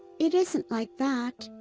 it isn't like that!